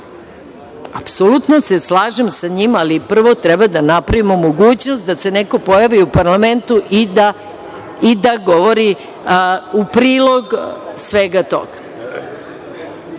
njim. Apsolutno se slažem sa njim, ali prvo treba da napravimo mogućnost da se neko pojavi u parlamentu i da govori u prilog svega